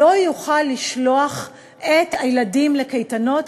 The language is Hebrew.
לא יוכל לשלוח את הילדים לקייטנות,